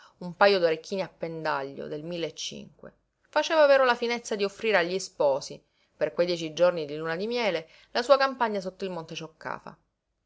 un pajo d'orecchini a pendaglio del mille e cinque faceva però la finezza di offrire agli sposi per quei dieci giorni di luna di miele la sua campagna sotto il monte cioccafa